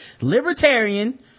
libertarian